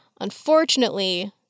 Unfortunately